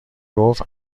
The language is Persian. گفت